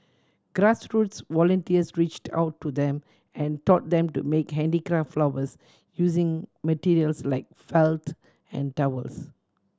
grassroots volunteers reached out to them and taught them to make handicraft flowers using materials like felt and towels